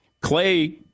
Clay